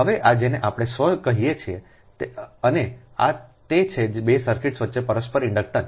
હવે આ જેને આપણે સ્વ કહીએ છીએ અને આ તે છે 2 સર્કિટ્સ વચ્ચે પરસ્પર ઇન્ડક્ટન્સ